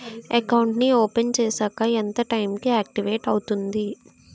Account నీ open చేశాక ఎంత టైం కి ఆక్టివేట్ అవుతుంది?